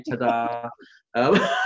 Ta-da